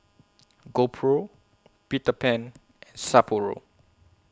GoPro Peter Pan and Sapporo